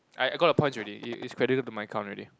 I I got the points already it it's accredited into my account already